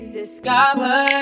discover